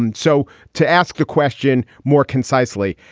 and so to ask a question more concisely,